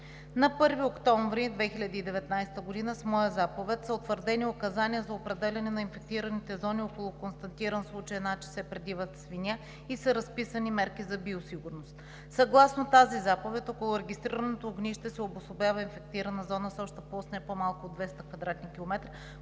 На 1 октомври 2019 г. с моя заповед са утвърдени Указания за определяне на инфектираните зони около констатиран случай на африканска чума по свинете – при дивата свиня, и са разписани мерки за биосигурност. Съгласно тази заповед около регистрираното огнище се обособява инфектирана зона с обща площ не по-малко от 200 кв. км,